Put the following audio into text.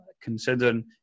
considering